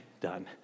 done